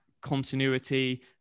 continuity